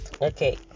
okay